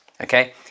okay